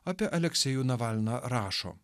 apie aleksejų navalną rašo